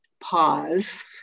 pause